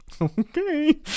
Okay